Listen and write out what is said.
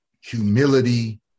humility